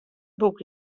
boek